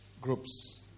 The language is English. groups